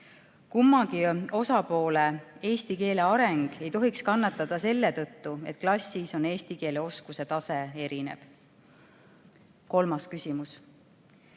Kummagi osapoole eesti keele areng ei tohiks kannatada selle tõttu, et klassis on eesti keele oskuse tase erinev. Kolmas küsimus: